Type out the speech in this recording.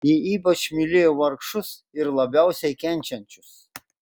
ji ypač mylėjo vargšus ir labiausiai kenčiančius